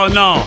no